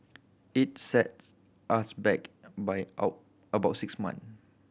it sets us back by about six month